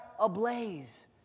ablaze